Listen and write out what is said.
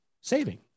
saving